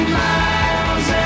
miles